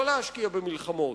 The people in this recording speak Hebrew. לא להשקיע במלחמות,